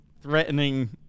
threatening